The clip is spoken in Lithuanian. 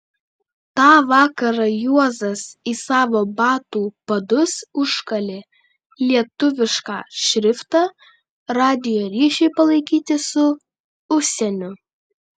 tą vakarą juozas į savo batų padus užkalė lietuvišką šriftą radijo ryšiui palaikyti su užsieniu